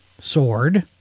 Sword